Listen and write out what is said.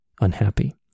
unhappy